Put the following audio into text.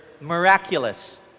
miraculous